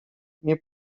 nie